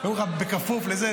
ואומרים לך: בכפוף לזה,